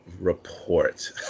report